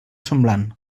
semblant